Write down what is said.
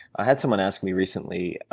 i had someone ask me recently